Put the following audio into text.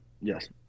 Yes